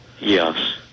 Yes